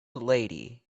lady